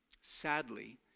sadly